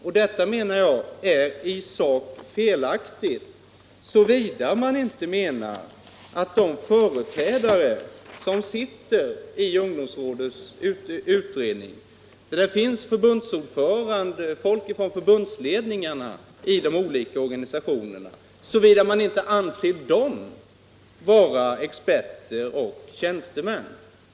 Eva Hjelmströms anklagelse är i huvudsak felaktig, såvida man inte betraktar dem som sitter i ungdomsrådets utredningar, t.ex. företrädare för förbundsledningarna, som experter och tjänstemän.